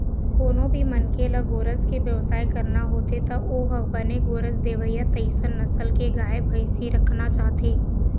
कोनो भी मनखे ल गोरस के बेवसाय करना होथे त ओ ह बने गोरस देवय तइसन नसल के गाय, भइसी राखना चाहथे